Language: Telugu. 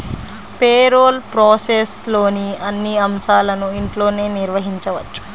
పేరోల్ ప్రాసెస్లోని అన్ని అంశాలను ఇంట్లోనే నిర్వహించవచ్చు